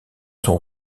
son